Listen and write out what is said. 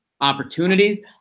opportunities